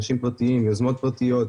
אנשים פרטיים, יוזמות פרטיות.